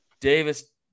Davis